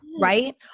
right